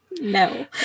no